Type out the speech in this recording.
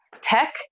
tech